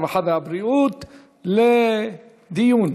הרווחה והבריאות לדיון.